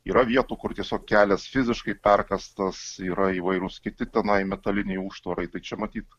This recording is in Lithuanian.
yra vietų kur tiesiog kelias fiziškai perkastas yra įvairūs kiti tenai metaliniai užtvarai tai čia matyt